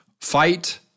Fight